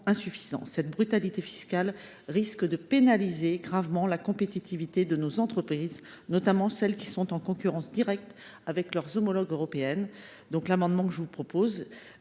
insuffisant. Une telle brutalité fiscale risque de pénaliser gravement la compétitivité de nos entreprises, notamment celles qui sont en concurrence directe avec leurs homologues européennes. Notre amendement vise donc à